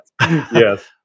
Yes